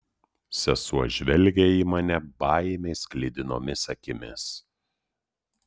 sesuo žvelgė į mane baimės sklidinomis akimis